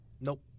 Nope